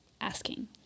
asking